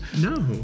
No